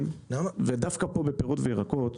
שר החקלאות ופיתוח הכפר עודד